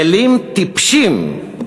כלים טיפשים,